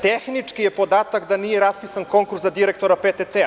Tehnički je podatak da nije raspisan konkurs za direktora PTT.